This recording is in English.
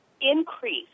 increase